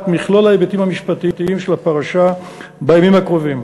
מכלול ההיבטים המשפטיים של הפרשה בימים הקרובים.